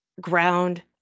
ground